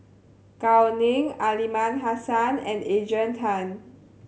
Gao Ning Aliman Hassan and Adrian Tan